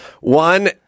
One